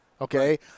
Okay